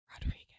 rodriguez